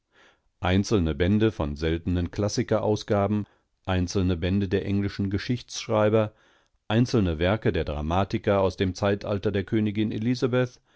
einzelne bände von seltenen klassikerausgaben einzelne bände der englischen geschichtsschreiber einzelne werke der dramatiker aus dem zeitalter der königin